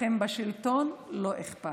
לכם בשלטון לא אכפת.